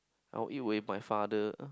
I will eat with my father